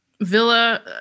Villa